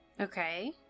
Okay